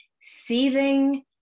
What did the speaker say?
seething